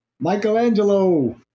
Michelangelo